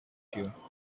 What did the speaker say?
you